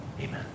Amen